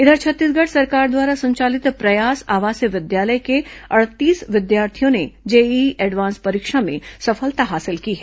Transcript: इधर छत्तीसगढ़ सरकार द्वारा संचालित प्रयास आवासीय विद्यालय के अड़तीस विद्यार्थियों ने जेईई एडवांस्ड परीक्षा में सफलता हासिल की है